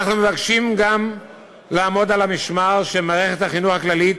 אנחנו מבקשים גם לעמוד על המשמר שמערכת החינוך הכללית